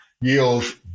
yields